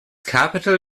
capital